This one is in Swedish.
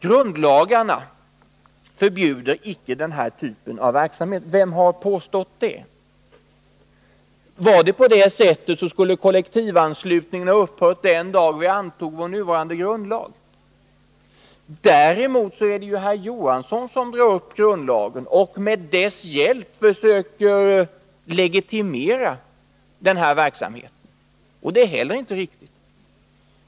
Grundlagarna förbjuder icke den här typen av verksamhet. Vem har påstått det? Vore det på det sättet skulle kollektivanslutningen ha upphört den dag vi antog vår nuvarande grundlag. Däremot drar herr Johansson upp grundlagen och försöker att med dess hjälp legitimera den här verksamheten. Det är heller inte riktigt.